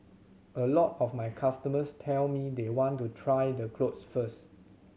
a lot of my customers tell me they want to try the clothes first